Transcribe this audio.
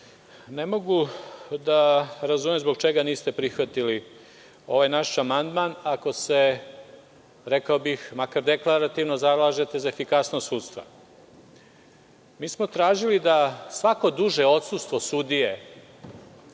ne mogu da razumem zbog čega niste prihvatili ovaj naš amandman ako se, rekao bih makar deklarativno zalažete za efikasnost sudstva. Mi smo tražili da svako duže odsustvo sudije